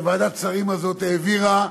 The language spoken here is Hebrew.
של האופוזיציה שוועדת השרים הזאת העבירה.